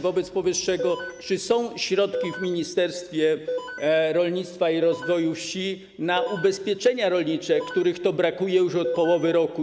Wobec powyższego chciałem zapytać: Czy są środki w Ministerstwie Rolnictwa i Rozwoju Wsi na ubezpieczenia rolnicze, których to brakuje już od połowy roku?